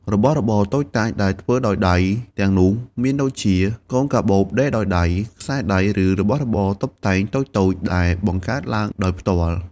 របស់របរតូចតាចដែលធ្វើដោយដៃទាំងនោះ មានដូចជា កូនកាបូបដេរដោយដៃ ខ្សែដៃ ឬរបស់របរតុបតែងតូចៗដែលបង្កើតឡើងដោយផ្ទាល់។